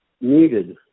needed